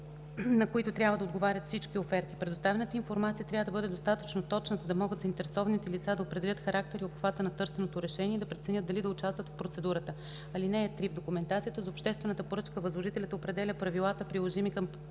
на които трябва да отговарят всички оферти. Предоставената информация трябва да бъде достатъчно точна, за да могат заинтересованите лица да определят характера и обхвата на търсеното решение и да преценят дали да участват в процедурата. (3) В документацията за обществената поръчка възложителят определя правилата, приложими към